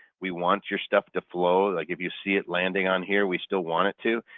we want your stuff to flow. like if you see it landing on here, we still want it to.